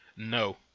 No